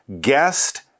guest